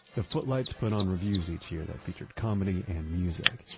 the footlights put on reviews each year that featured comedy and music